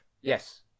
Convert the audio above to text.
Yes